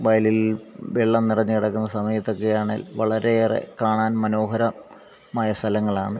വയലില് വെള്ളം നിറഞ്ഞുകിടക്കുന്ന സമയത്തൊക്കെ ആണേല് വളരെയേറെ കാണാന് മനോഹര മായ സ്ഥലങ്ങളാണ്